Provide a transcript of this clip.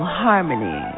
harmony